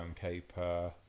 caper